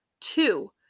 Two